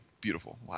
beautiful